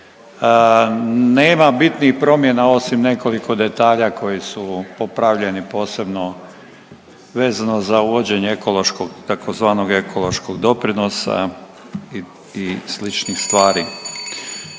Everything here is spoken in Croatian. Nema bitnih promjena osim nekoliko detalja koji su popravljeni, posebno vezano za uvođenje ekološkog tzv. ekološkog doprinosa i sličnih stvari.